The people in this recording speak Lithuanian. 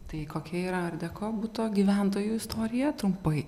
tai kokia yra art deko buto gyventojų istorija trumpai